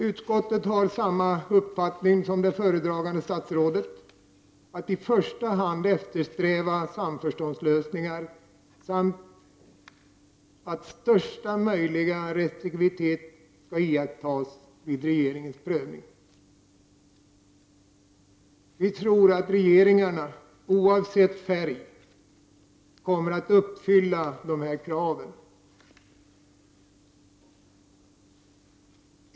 Utskottet har samma uppfattning som föredragande statsrådet, att sam förståndslösningar i första hand bör eftersträvas samt att största möjliga restriktivitet skall iakttas vid regeringens prövning. Vi tror att regeringar, oavsett färg, kommer att uppfylla dessa krav.